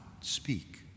speak